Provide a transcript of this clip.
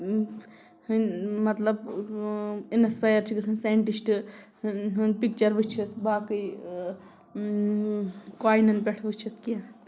ہٕنٛدۍ مطلب اِنَسپایَر چھِ گژھان سٮ۪نٹِشٹ ہنٛد پِکچَر وٕچھِتھ باقٕے کوٚیِنَن پٮ۪ٹھ وٕچھِتھ کینٛہہ